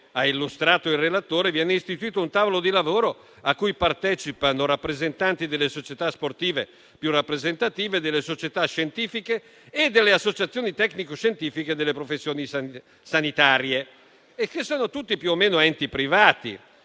ha illustrato il relatore, viene istituito un tavolo di lavoro cui partecipano rappresentanti delle società sportive più rappresentative, delle società scientifiche, delle associazioni tecnico-scientifiche e delle professioni sanitarie, che sono tutti più o meno enti privati.